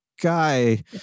guy